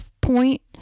point